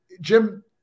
Jim